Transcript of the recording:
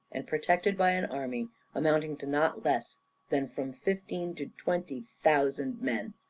and protected by an army amounting to not less than from fifteen to twenty thousand men,